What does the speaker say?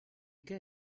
què